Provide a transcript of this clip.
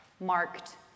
marked